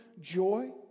joy